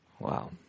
Wow